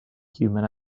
human